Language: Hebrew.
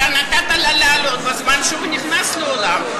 אתה נתת לה לעלות בזמן שהוא נכנס לאולם.